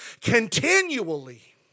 continually